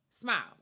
Smile